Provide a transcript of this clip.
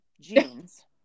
jeans